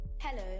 Hello